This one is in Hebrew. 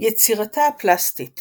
יצירתה הפלסטית